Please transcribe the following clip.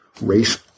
race